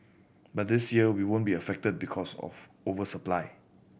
but this year we won't be affected because of over supply